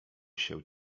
się